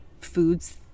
foods